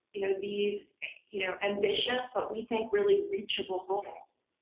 you know these you know ambitious, but we think really reachable goals,